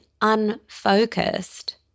unfocused